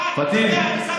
פטין,